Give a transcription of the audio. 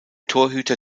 torhüter